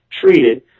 treated